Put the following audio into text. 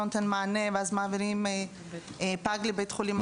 נותן מענה ואז מעבירים פג לבית חולים אחר.